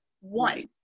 one